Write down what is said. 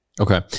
Okay